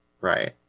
Right